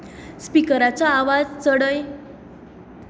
स्पीकराचो आवाज चडय